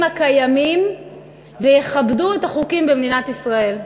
הקיימים ויכבדו את החוקים במדינת ישראל.